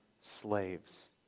slaves